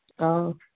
ꯑꯥ